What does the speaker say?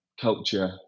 culture